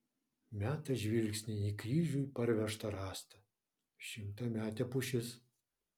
meta žvilgsnį į kryžiui parvežtą rąstą šimtametė pušis